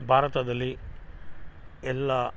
ಭಾರತದಲ್ಲಿ ಎಲ್ಲಾ